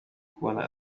kubona